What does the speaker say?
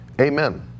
Amen